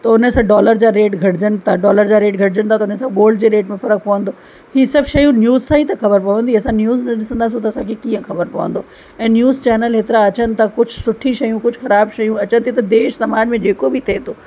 त हुन सां डॉलर जा रेट घटजनि था डॉलर जा रेट घटजनि था त हुन सां गोल्ड जे रेट में फर्क़ु पवंदो इहे सभु शयूं न्यूज़ सां ई त ख़बरु पवंदी असां न्यूज़ न ॾिसंदासीं त असांखे कीअं ख़बरु पवंदो ऐं न्यूज़ चैनल हेतिरा अचनि था कुझु सुठी शयूं कुझु ख़राब शयूं अचनि थी त देश समाज में जेको बि थिए थो